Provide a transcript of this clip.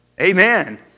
Amen